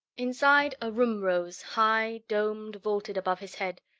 inside a room rose, high, domed, vaulted above his head,